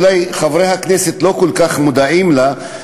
אולי חברי הכנסת לא כל כך מודעים לה,